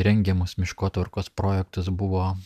rengiamus miškotvarkos projektus buvo